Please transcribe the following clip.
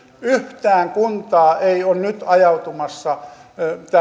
yhtään kuntaa ei ole nyt ajautumassa